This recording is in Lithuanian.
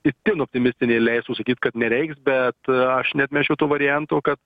itin optimistinė leistų sakyt kad nereiks bet aš neatmesčiau to varianto kad